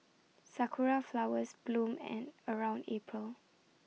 Sakura Flowers bloom and around April